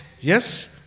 yes